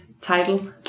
title